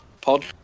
pod